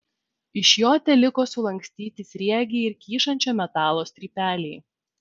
iš jo teliko sulankstyti sriegiai ir kyšančio metalo strypeliai